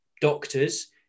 doctors